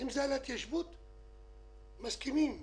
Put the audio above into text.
אם זה היה להתיישבות היינו מסכימים,